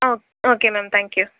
okay ma'am thank you